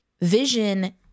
vision